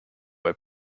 her